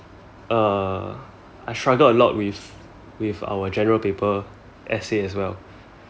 uh I struggle a lot with with our general paper essay as well